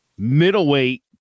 middleweight